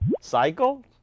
cycle